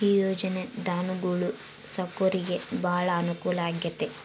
ಈ ಯೊಜನೆ ಧನುಗೊಳು ಸಾಕೊರಿಗೆ ಬಾಳ ಅನುಕೂಲ ಆಗ್ಯತೆ